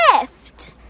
gift